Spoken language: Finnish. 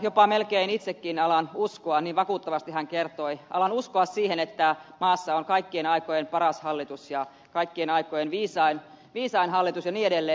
jopa melkein itsekin alan uskoa niin vakuuttavasti hän kertoi alan uskoa siihen että maassa on kaikkien aikojen paras hallitus ja kaikkien aikojen viisain hallitus ja niin edelleen